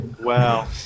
wow